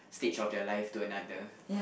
stage of their life to another